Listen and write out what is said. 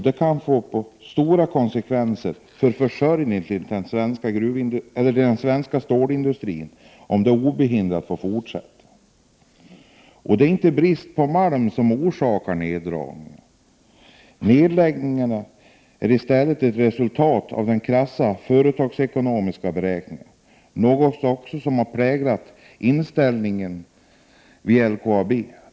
Det kan få svåra konsekvenser för den svenska stålindustrins försörjning med malm, om neddragningarna utan hinder får fortsätta. Det är inte brist på malm som orsakar neddragningarna. Nedläggningarna är i stället resultatet av krassa företagsekonomiska beräkningar, något som också präglat inställningen vid LKAB.